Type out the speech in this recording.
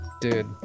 dude